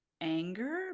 anger